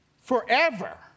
forever